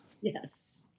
Yes